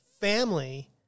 family